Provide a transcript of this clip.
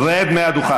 רד מהדוכן.